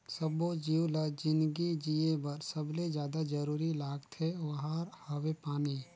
सब्बो जीव ल जिनगी जिए बर सबले जादा जरूरी लागथे ओहार हवे पानी